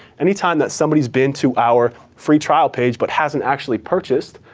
anytime that somebody has been to our free trial page but hasn't actually purchased,